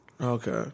Okay